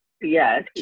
yes